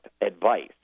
advice